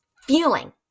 Feeling